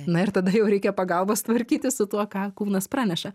na ir tada jau reikia pagalbos tvarkytis su tuo ką kūnas praneša